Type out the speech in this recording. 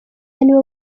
nibo